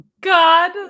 God